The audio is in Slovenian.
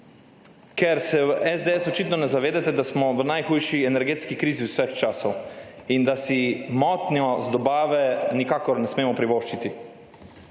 Ker se v SDS očitno ne zavedate, da smo v najhujši energetski krizi vseh časov in da si motnje z dobavo nikakor ne smemo privoščiti,